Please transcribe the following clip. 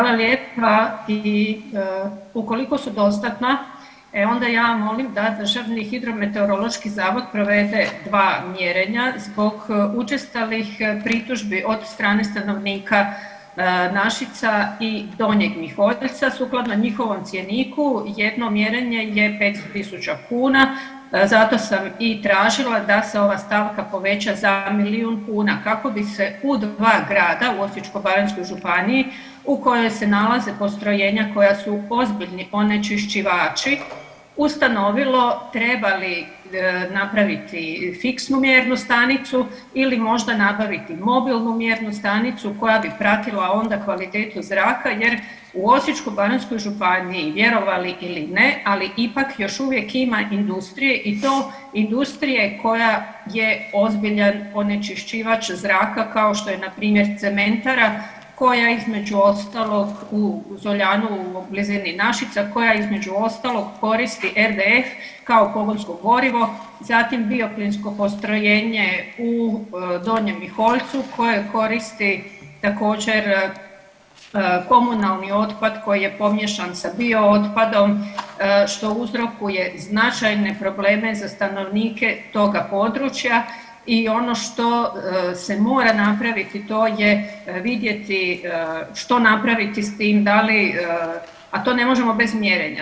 Hvala lijepa i ukoliko su dostatna, e onda ja molim da DHMZ provede 2 mjerenja zbog učestalih pritužbi od strane stanovnika Našica i Donjeg Miholjca sukladno njihovom cjeniku, jedno mjerenje je 500 000 kuna, zato sam i tražila da se ova stavka poveća za milijun kuna kako bi se u dva grada u Osječko-baranjskoj županiji u kojoj se nalaze postrojenja koja su ozbiljni onečišćivači, ustanovilo treba li napraviti fiksnu mjernu stanicu ili možda nabaviti mobilnu mjernu stanicu koja bi pratila onda kvalitetu zraka jer u Osječko-baranjskoj županiji, vjerovali ili ne, ali ipak još uvijek ima industrije i to industrije koja je ozbiljan onečišćivač zraka kao što je npr. cementara, koja između ostalog u Zoljanu u blizini Našica, koja između ostalog koristi RDF kao pogonsko gorivo, zatim bioplinsko postrojenje u Donjem Miholjcu koje koristi također, komunalni otpad koji je pomiješan sa biootpadom što uzrokuje značajne probleme za stanovnike toga područja i ono što se mora napraviti to je vidjeti što napraviti s tim, a to ne možemo bez mjerenja.